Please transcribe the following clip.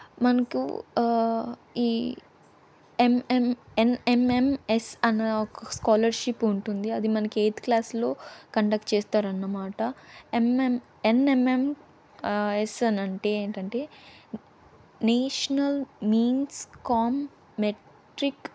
మనకు ఈ ఎంఎంఎన్ఎంఎంఎస్ అన్న ఒక స్కాలర్షిప్ ఉంటుంది అది మనకి ఎయిత్ క్లాస్లో కండక్ట్ చేస్తారు అన్నమాట ఎంఎంఎన్ఎంఎం ఎస్ అనంటే ఏంటంటే నేషనల్ మీన్స్ కామ్ మెట్రిక్